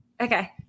Okay